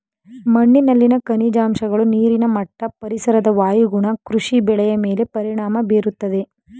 ಮಣ್ಣಿನಲ್ಲಿನ ಖನಿಜಾಂಶಗಳು, ನೀರಿನ ಮಟ್ಟ, ಪರಿಸರದ ವಾಯುಗುಣ ಕೃಷಿ ಬೆಳೆಯ ಮೇಲೆ ಪರಿಣಾಮ ಬೀರುತ್ತದೆ